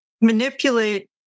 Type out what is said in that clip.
manipulate